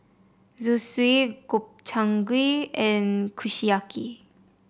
Zosui Gobchang Gui and Kushiyaki